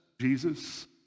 Jesus